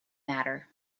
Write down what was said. matter